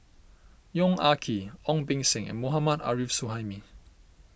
Yong Ah Kee Ong Beng Seng and Mohammad Arif Suhaimi